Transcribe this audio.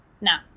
Now